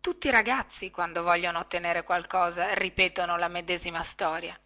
tutti i ragazzi quando vogliono ottenere qualcosa ripetono la medesima storia